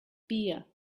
beer